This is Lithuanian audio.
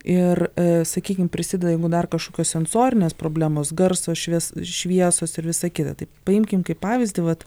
ir sakykim prisideda jeigu dar kažkokios sensorinės problemos garso švies šviesos ir visa kita tai paimkim kaip pavyzdį vat